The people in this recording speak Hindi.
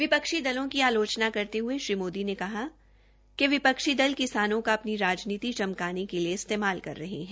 विपक्षी दलों की आलोचना करते हुये श्री मोदी ने कहा कि विपक्षी दल किसानों का अपनी राजनीति चमकाने के लिए इस्तेमाल कर रहे है